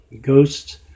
ghosts